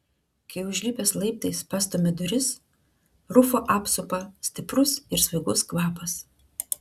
kai užlipęs laiptais pastumia duris rufą apsupa stiprus ir svaigus kvapas